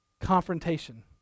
Confrontation